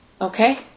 Okay